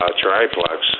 triplex